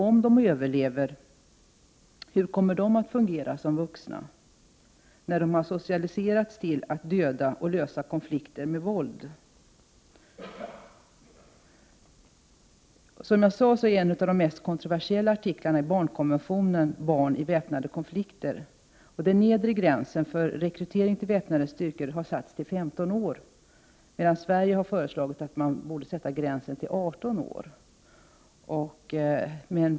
Om de överlever — hur kommer de att fungera som vuxna, när de socialiserats till att döda och lösa konflikter med våld? En av de mest kontroversiella artiklarna i barnkonventionen rör som sagt barn i väpnade konflikter. Den nedre gränsen för rekrytering till väpnade styrkor har satts till 15 år, medan Sverige har föreslagit 18 år.